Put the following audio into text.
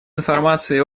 информацией